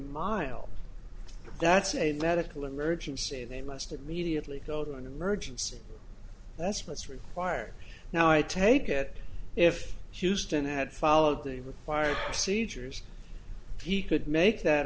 miles that's a medical emergency they must immediately go to an emergency that's what's required now i take it if houston had followed the required seizures he could make that